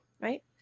right